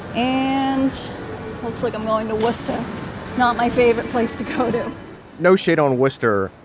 and looks like i'm going to worcester not my favorite place to go to no shade on worcester.